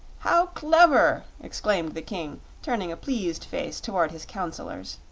how clever! exclaimed the king, turning a pleased face toward his counselors.